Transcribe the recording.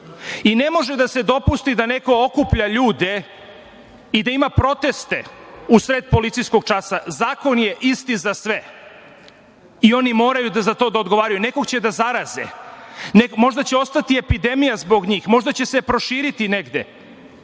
I ne može da se dopusti da neko okuplja ljude i da ima proteste usred policijskog časa. Zakon je isti za sve. Oni moraju za to da odgovaraju. Nekog će da zaraze. Možda će ostati epidemija zbog njih, možda će se proširiti negde.